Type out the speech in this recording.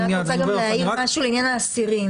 אני רק רוצה גם להעיר משהו לעניין האסירים,